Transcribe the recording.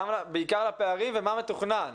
בעיקר לפערים ומה מתוכנן.